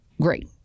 great